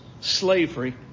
slavery